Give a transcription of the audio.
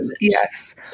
Yes